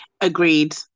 Agreed